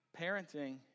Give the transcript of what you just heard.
Parenting